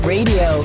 Radio